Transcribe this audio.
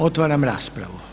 Otvaram raspravu.